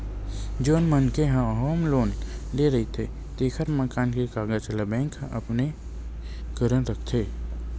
जउन मनखे ह होम लोन ले रहिथे तेखर मकान के कागजात ल बेंक ह अपने करन राखथे